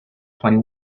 twenty